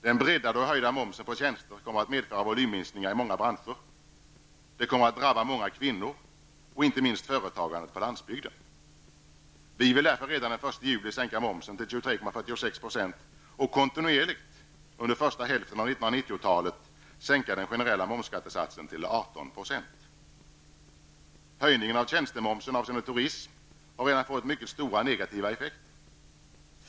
Den breddade och höjda momsen på tjänster kommer att medföra volymminskningar i många branscher. Det kommer att drabba många kvinnor och inte minst företagandet på landsbygden. Vi vill därför redan den 1 juli sänka momsen till 23,46 % och kontinuerligt under första hälften av 1990-talet sänka den generella momsskattesatsen till 18 %. Höjningen av tjänstemomsen avseende turism har redan fått mycket stora negativa effekter.